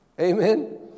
Amen